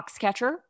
Foxcatcher